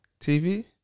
TV